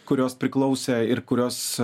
kurios priklausė ir kurios